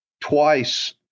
twice